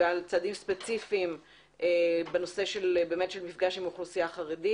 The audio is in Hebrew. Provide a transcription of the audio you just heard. וגם לא שמענו על צעדים ספציפיים בנושא של מפגש עם האוכלוסייה החרדית.